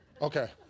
Okay